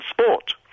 sport